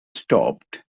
stopped